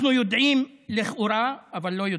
אנחנו יודעים לכאורה אבל לא יודעים,